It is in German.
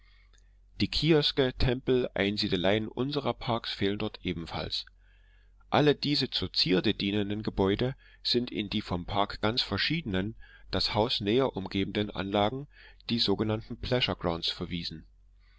die kioske tempel einsiedeleien unserer parks fehlen dort ebenfalls alle diese zur zierde dienenden gebäude sind in die vom park ganz verschiedenen das haus näher umgebenden anlagen in die sogenannten pleasure grounds verwiesen